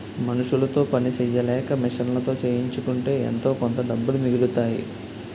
మనుసులతో పని సెయ్యలేక మిషన్లతో చేయించుకుంటే ఎంతోకొంత డబ్బులు మిగులుతాయి